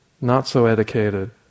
not-so-educated